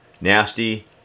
nasty